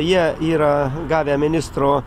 jie yra gavę ministro